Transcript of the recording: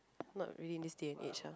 not really in this day and age ah